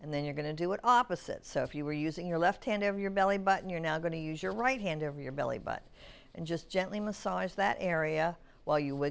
and then you're going to do it opposite so if you're using your left hand of your belly button you're now going to use your right hand over your belly butt and just gently massage that area while you w